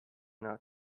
not